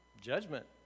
Judgment